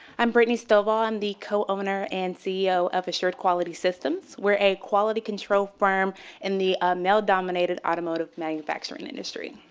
i'm brittany stovall. i'm the co-owner and ceo of assured quality systems. we're a quality control firm in the male dominated automotive manufacturing industry.